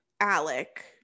Alec